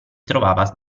trovava